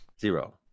Zero